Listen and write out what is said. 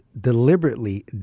deliberately